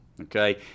okay